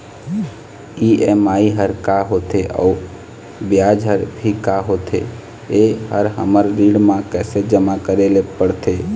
EMI हर का होथे अऊ ब्याज हर भी का होथे ये हर हमर ऋण मा कैसे जमा करे ले पड़ते?